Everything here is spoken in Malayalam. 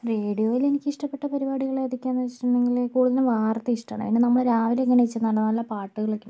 റേഡിയോയിൽ എനിക്ക് ഇഷ്ടപ്പെട്ട പരിപാടികൾ ഏതൊക്കെയാണ് എന്ന് വെച്ചിട്ടുണ്ടെങ്കിൽ ഒന്ന് വാർത്ത ഇഷ്ടമാണ് അതിന് നമ്മൾ രാവിലെ എണീറ്റ് നല്ല നല്ല പാട്ടുകൾ ഒക്കെ ഉണ്ടാകും